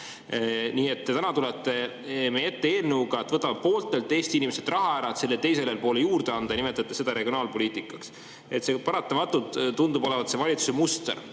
Nii et te täna olete meie ette tulnud eelnõuga, et võtame pooltelt Eesti inimestelt raha ära, et sellele teisele poole juurde anda. Ja te nimetate seda regionaalpoliitikaks. See paratamatult tundub olevat valitsuse muster,